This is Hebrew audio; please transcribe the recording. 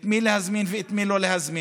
את מי להזמין ואת מי לא להזמין?